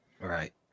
right